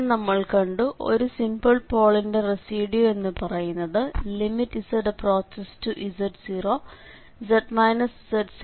പിന്നെ നമ്മൾ കണ്ടു ഒരു സിംപിൾ പോളിന്റെ റെസിഡ്യൂ എന്ന് പറയുന്നത് z→z0z z0f ആണ്